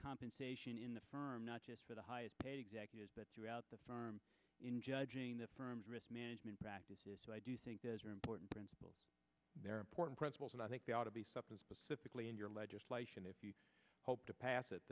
compensation in the firm not just for the highest paid executives but throughout the firm in judging the firm's risk management practices so i do think those are important principles they're important principles and i think they ought to be something pacifically in your legislation if you hope to pass it